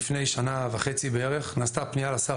לפני שנה וחצי בערך נעשתה פנייה לשר